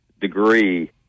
degree